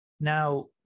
Now